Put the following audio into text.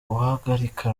wahagarika